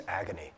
agony